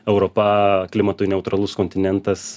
europa klimatui neutralus kontinentas